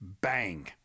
Bang